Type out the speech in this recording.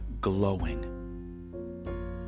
glowing